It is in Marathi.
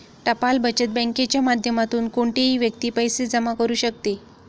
टपाल बचत बँकेच्या माध्यमातून कोणतीही व्यक्ती पैसे जमा करू शकते